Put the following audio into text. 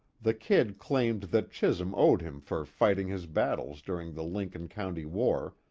the kid claimed that chisum owed him for fighting his battles during the lincoln county war,